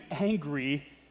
angry